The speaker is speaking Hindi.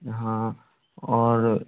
हाँ और